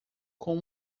com